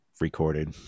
recorded